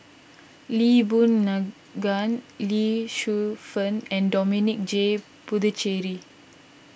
Lee Boon Ngan Lee Shu Fen and Dominic J Puthucheary